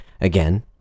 again